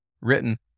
written